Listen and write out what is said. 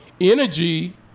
energy